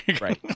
right